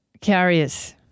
carriers